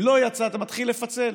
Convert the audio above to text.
אם לא יצא אתה מתחיל לפצל,